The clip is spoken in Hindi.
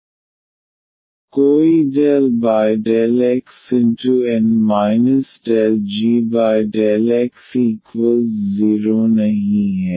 कोई ∂xN ∂g∂y0नहीं है